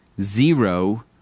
zero